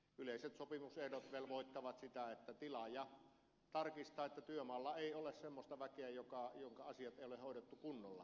yleiset sopimusehdot velvoittavat että tilaaja tarkistaa että työmaalla ei ole semmoista väkeä jonka asiat eivät ole hoidettu kunnolla